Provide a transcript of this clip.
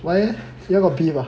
why eh you all got beef ah